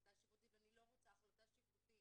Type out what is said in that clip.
החלטה שיפוטית ואני לא רוצה החלטה שיפוטית